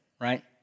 right